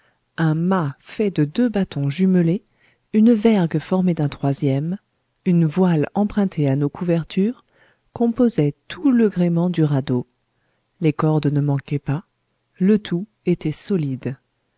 un mât fait de deux bâtons jumelés une vergue formée d'un troisième une voile empruntée à nos couvertures composaient tout le gréement du radeau les cordes ne manquaient pas le tout était solide